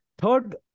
Third